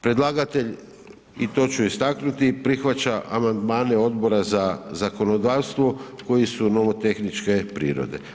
Predlagatelj i to ću istaknuti prihvaća amandmane Odbora za zakonodavstvo koje su nomotehničke prirode.